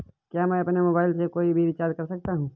क्या मैं अपने मोबाइल से कोई भी रिचार्ज कर सकता हूँ?